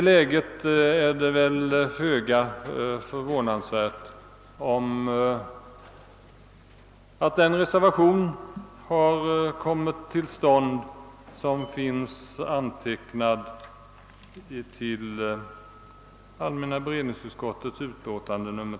Motionen ledde dock tyvärr inte till något resultat. Mot denna bakgrund kan det inte vara ägnat att förvåna att en reservation fogats till utskottets utlåtande.